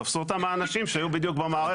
תפסו אותם האנשים שהיו בדיוק במערכת באותו רגע.